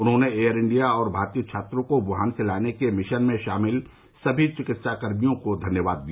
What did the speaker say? उन्होंने Air India और भारतीय छात्रों को व्हान से लाने के मिशन में शामिल समी चिकित्सा कर्मियों को धन्यवाद दिया